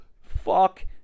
Fuck